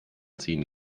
ziehen